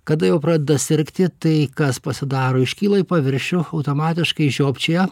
kada jau pradeda sirgti tai kas pasidaro iškyla į paviršių automatiškai žiopčioja